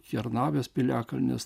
kernavės piliakalnis